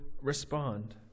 respond